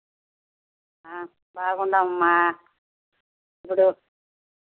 బాగున్నాం అమ్మ ఇప్పుడు